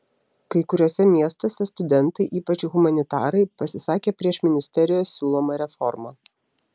kai kuriuose miestuose studentai ypač humanitarai pasisakė prieš ministerijos siūlomą reformą